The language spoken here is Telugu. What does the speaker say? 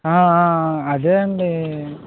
ఆ ఆ అదే అండి